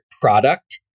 product